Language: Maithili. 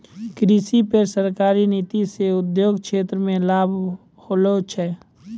कृषि पर सरकारी नीति से उद्योग क्षेत्र मे लाभ होलो छै